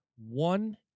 one